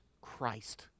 Christ